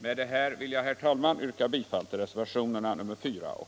Med detta vill jag, herr talman, yrka bifall till reservationerna 4 och